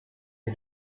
did